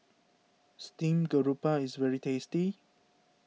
Steamed Garoupa is very tasty